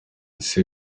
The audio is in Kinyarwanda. ese